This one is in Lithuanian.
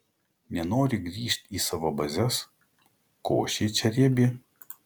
nenori grįžt į savo bazes košė čia riebi